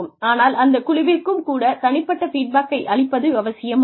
ஆனால் அந்த குழுவிற்கும் கூட தனிப்பட்ட ஃபீட்பேக்கை அளிப்பது அவசியமாகும்